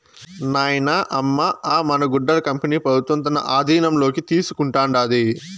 నాయనా, అమ్మ అ మన గుడ్డల కంపెనీ పెబుత్వం తన ఆధీనంలోకి తీసుకుంటాండాది